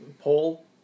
poll